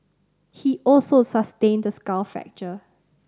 he also sustained a skull fracture